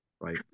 right